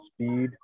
speed